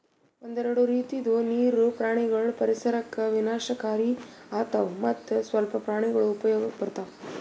ಒಂದೆರಡು ರೀತಿದು ನೀರು ಪ್ರಾಣಿಗೊಳ್ ಪರಿಸರಕ್ ವಿನಾಶಕಾರಿ ಆತವ್ ಮತ್ತ್ ಸ್ವಲ್ಪ ಪ್ರಾಣಿಗೊಳ್ ಉಪಯೋಗಕ್ ಬರ್ತವ್